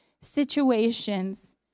situations